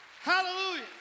Hallelujah